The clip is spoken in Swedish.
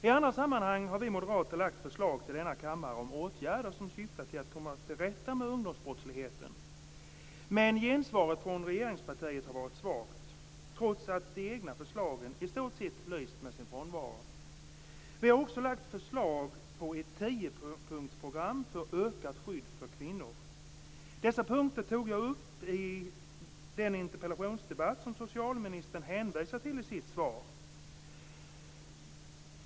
I annat sammanhang har vi moderater lagt fram förslag till denna kammare om åtgärder som syftar till att komma till rätta med ungdomsbrottsligheten, men gensvaret från regeringspartiet har varit svagt, trots att de egna förslagen i stort sett lyst med sin frånvaro. Vi har också lagt fram förslag om ett tiopunktsprogram för ökat skydd för kvinnor. Dessa punkter tog jag upp i den interpellationsdebatt som socialministern hänvisar till i sitt svar.